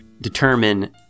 determine